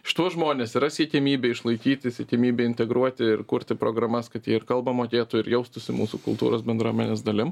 šituos žmones yra siekiamybė išlaikyti siekiamybė integruoti ir kurti programas kad jie ir kalbą mokėtų ir jaustųsi mūsų kultūros bendruomenės dalim